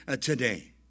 today